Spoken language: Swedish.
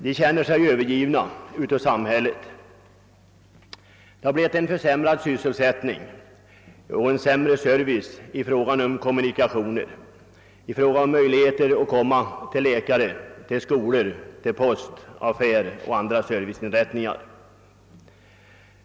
De känner sig övergivna av samhället, de har fått försämrad sysselsättning och mindre service i fråga om kommunikationer, vilket innebär sämre möjligheter att komma till läkare, skolor, post, affärer och andra serviceinrättningar.